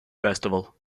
festival